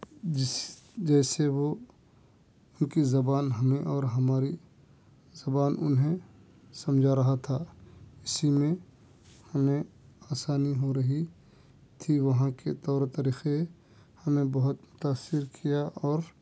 جس جیسے وہ ان کی زبان ہمیں اور ہماری زبان انہیں سمجھا رہا تھا اسی میں ہمیں آسانی ہو رہی تھی وہاں کے طور طریقے ہمیں بہت متاثر کیا اور